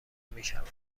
میشود